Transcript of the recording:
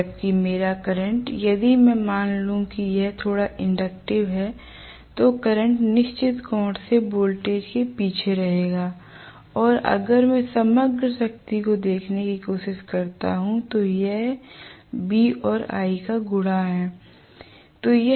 जबकि मेरा करंट यदि मैं मान लेता हूं कि यह थोड़ा इंडक्टिव है तो करंट निश्चित कोण से वोल्टेज के पीछे रहेगा और अगर मैं समग्र शक्ति को देखने की कोशिश करता हूं तो यह V और I का गुणा है